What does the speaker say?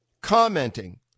commenting